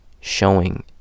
showing